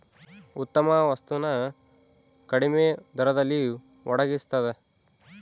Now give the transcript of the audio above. ಉತ್ತಮ ವಸ್ತು ನ ಕಡಿಮೆ ದರದಲ್ಲಿ ಒಡಗಿಸ್ತಾದ